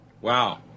Wow